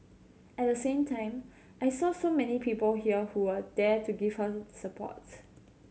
at the same time I saw so many people here who were there to give her support